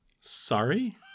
Sorry